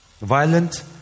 violent